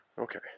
okay